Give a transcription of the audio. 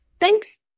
Thanks